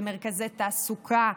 למרכזי תעסוקה,